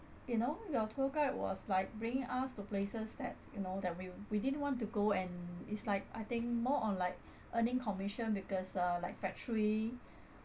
you know your tour guide was like bringing us to places that you know that we we didn't want to go and it's like I think more on like earning commission because uh like factory